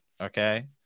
Okay